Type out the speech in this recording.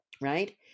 right